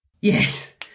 Yes